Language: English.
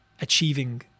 achieving